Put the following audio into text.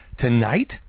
Tonight